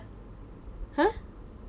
!huh!